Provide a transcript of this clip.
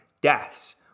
deaths